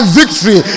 victory